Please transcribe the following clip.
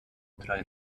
drei